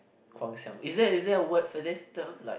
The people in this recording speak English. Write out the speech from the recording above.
Guang-Xiang is that is that a word for this term like